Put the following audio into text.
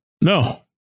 no